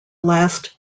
last